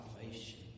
salvation